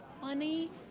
funny